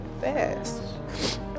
fast